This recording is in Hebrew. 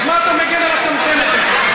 אז מה אתה מגן על הטמטמת הזאת?